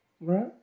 right